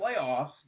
playoffs